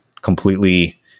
completely